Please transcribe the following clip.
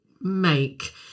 make